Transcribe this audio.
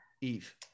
Eve